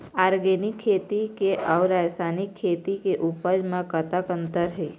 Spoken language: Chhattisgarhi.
ऑर्गेनिक खेती के अउ रासायनिक खेती के उपज म कतक अंतर हे?